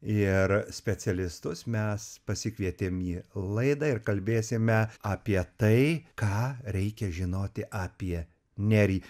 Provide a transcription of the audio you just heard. ir specialistus mes pasikvietėm į laidą ir kalbėsime apie tai ką reikia žinoti apie nerį